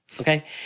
Okay